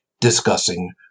discussing –